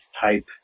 type